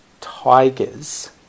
Tigers